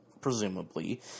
presumably